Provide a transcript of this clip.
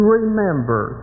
remember